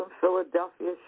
Philadelphia